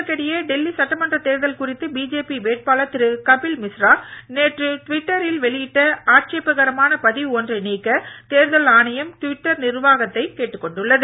இதற்கிடையே டெல்லி சட்டமன்ற தேர்தல் குறித்து பிஜேபி வேட்பாளர் திரு கபில் மிஸ்ரா நேற்று டுவிட்டரில் வெளியிட்ட ஆட்சேபகரமான பதிவு ஒன்றை நீக்க தேர்தல் ஆணையம் டுவிட்டர் நிர்வாகத்தைக் கேட்டுக் கொண்டுள்ளது